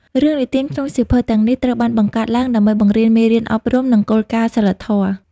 រឿងនិទានក្នុងសៀវភៅទាំងនេះត្រូវបានបង្កើតឡើងដើម្បីបង្រៀនមេរៀនអប់រំ និងគោលការណ៍សីលធម៌។